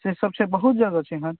से सब छै बहुत जगह छै एहन